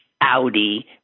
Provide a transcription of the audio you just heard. Audi